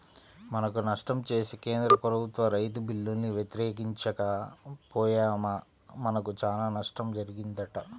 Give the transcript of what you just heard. మనకు నష్టం చేసే కేంద్ర ప్రభుత్వ రైతు బిల్లుల్ని వ్యతిరేకించక పొయ్యామా మనకు చానా నష్టం జరిగిద్దంట